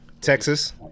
Texas